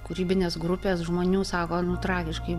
kūrybinės grupės žmonių sako nu tragiškai